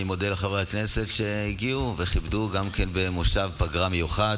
אני מודה לחברי הכנסת שהגיעו וכיבדו גם במושב פגרה מיוחד,